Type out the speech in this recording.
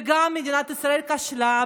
וגם מדינת ישראל כשלה.